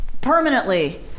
Permanently